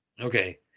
Okay